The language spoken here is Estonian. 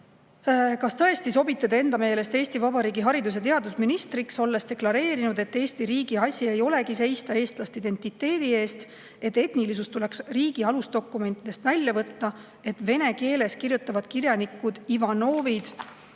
"Kas tõesti sobite te enda meelest Eesti Vabariigi haridus- ja teadusministriks, olles deklareerinud, et Eesti riigi asi ei olegi seista eestlaste identiteedi eest; et etnilisus tuleks riigi alusdokumentidest välja võtta; et vene keeles kirjutavad kirjanikud Ivanovid